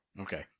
Okay